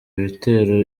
ibitero